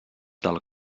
del